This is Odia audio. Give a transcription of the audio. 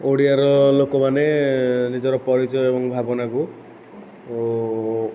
ଓଡ଼ିଆର ଲୋକମାନେ ନିଜର ପରିଚୟ ଏବଂ ଭାବନାକୁ ଓ